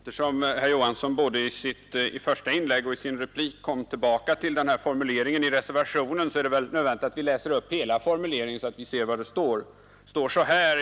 Herr talman! Eftersom herr Johansson i Trollhättan i sitt första inlägg och i sin replik kom tillbaka till formuleringen i reservationen 2 i konstitutionsutskottets betänkande nr 9, är det väl nödvändigt att jag läser upp hela formuleringen, så att vi vet vad som står där.